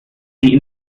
sie